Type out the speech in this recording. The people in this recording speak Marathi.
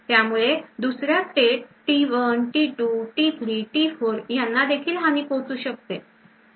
त्याच प्रमाणे दुसऱ्या स्टेट T1T2T3T4 यांनादेखील हानी पोचू शकते